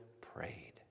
prayed